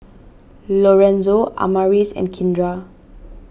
Lorenzo Amaris and Kindra